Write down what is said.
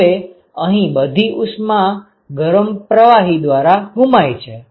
હવે અહીં બધી ઉષ્મા ગરમ પ્રવાહી દ્વારા ગુમાવાય છે